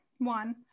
One